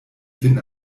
vin